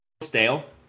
Stale